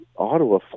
Ottawa